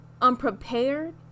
unprepared